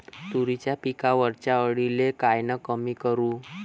तुरीच्या पिकावरच्या अळीले कायनं कमी करू?